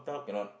cannot